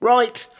Right